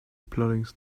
plodding